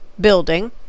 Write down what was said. building